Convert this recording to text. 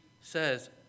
says